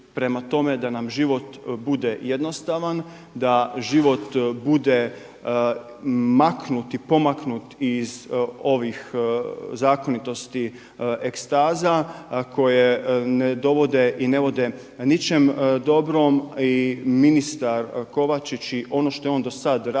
prema tome da nam život bude jednostavan, da život bude maknut i pomaknut iz ovih zakonitosti ekstaza koje ne dovode i ne vode ničem dobrom. I ministar Kovačić i ono što je on do sada radio